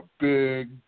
big